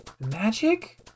Magic